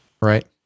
Right